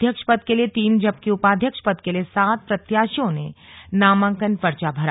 अध्यक्ष पद के लिए तीन जबकि उपाध्यक्ष पद के लिए सात प्रत्याशियों ने नामंकन पर्चा भरा